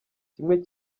kimwe